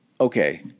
okay